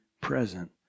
present